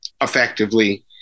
effectively